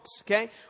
Okay